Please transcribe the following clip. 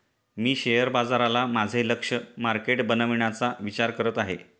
मी share बाजाराला माझे लक्ष्य मार्केट बनवण्याचा विचार करत आहे